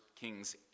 Kings